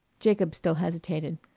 jacob still hesitated.